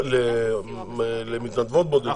למתנדבות בודדות?